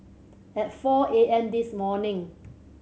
at four A M this morning